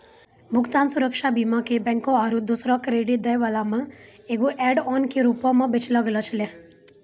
भुगतान सुरक्षा बीमा के बैंको आरु दोसरो क्रेडिट दै बाला मे एगो ऐड ऑन के रूपो मे बेचलो गैलो छलै